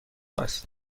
است